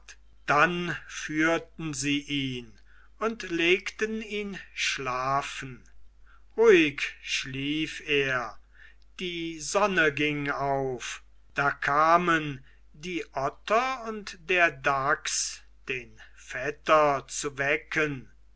dann führten sie ihn und legten ihn schlafen ruhig schlief er die sonne ging auf da kamen die otter und der dachs den vetter zu wecken